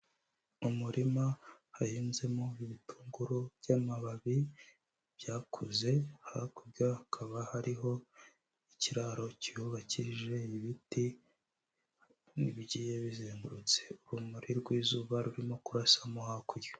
Umuririma hahinnzemo ibitunguru bya'amababi byakuze, hakurya hakaba hariho ikiraro cyubakije ibiti bigiye bizengurutse. Urumuri rw'izuba rurimo kurasamo hakurya.